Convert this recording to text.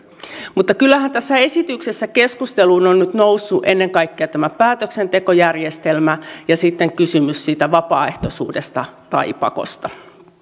mutta kyllähän tässä esityksessä keskusteluun on on nyt noussut ennen kaikkea tämä päätöksentekojärjestelmä ja sitten kysymys siitä vapaaehtoisuudesta tai pakosta